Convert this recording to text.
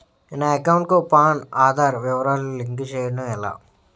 నా అకౌంట్ కు పాన్, ఆధార్ వివరాలు లింక్ చేయటం ఎలా?